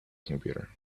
computer